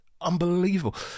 unbelievable